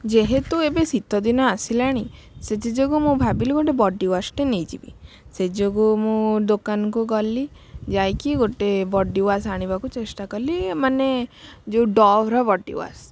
ଯେହେତୁ ଏବେ ଶୀତ ଦିନ ଆସିଲାଣି ସେଥିଯୋଗୁଁ ମୁଁ ଭାବିଲି ଗୋଟେ ବଡ଼ି ୱାସ୍ଟେ ନେଇଯିବି ସେ ଯୋଗୁଁ ମୁଁ ଦୋକାନକୁ ଗଲି ଯାଇକି ଗୋଟେ ବଡ଼ି ୱାସ୍ ଆଣିବାକୁ ଚେଷ୍ଟା କଲି ମାନେ ଯଉ ଡଭ୍ର ବଡ଼ି ୱାସ୍